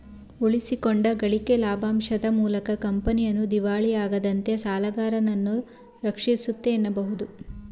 ಉಳಿಸಿಕೊಂಡ ಗಳಿಕೆ ಲಾಭಾಂಶದ ಮೂಲಕ ಕಂಪನಿಯನ್ನ ದಿವಾಳಿಯಾಗದಂತೆ ಸಾಲಗಾರರನ್ನ ರಕ್ಷಿಸುತ್ತೆ ಎನ್ನಬಹುದು